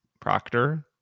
proctor